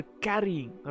carrying